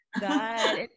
God